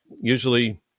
usually